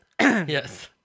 Yes